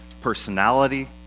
personality